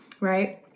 right